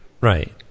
Right